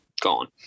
gone